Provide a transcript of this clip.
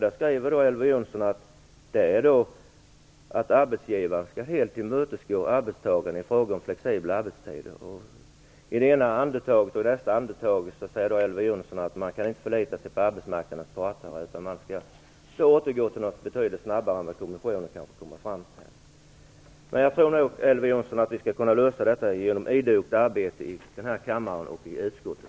Där skriver Elver Jonsson att arbetsgivarna skall helt tillmötesgå arbetstagarna i fråga om flexibla arbetstider. I nästa andetag säger Elver Jonsson att man inte kan förlita sig på arbetsmarknadens parter, utan man skall se vad Arbetsrättskommissionen kommer fram till. Jag tror som sagt att vi skall kunna lösa detta genom idogt arbete i utskottet och kammaren.